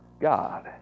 God